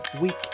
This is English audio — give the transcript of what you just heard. week